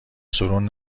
سورون